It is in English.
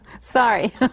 Sorry